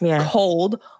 cold